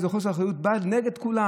באיזה חוסר אחריות הוא בא נגד כולם?